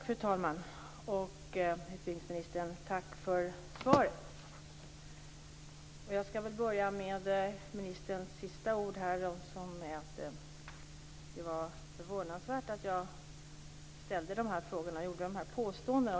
Fru talman! Tack för svaret, utbildningsministern. Jag skall börja med ministerns sista ord om att det var förvånansvärt att jag ställde de här frågorna och gjorde dessa påståenden.